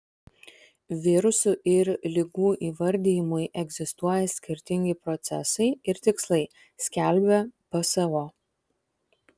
virusų ir ligų įvardijimui egzistuoja skirtingi procesai ir tikslai skelbia pso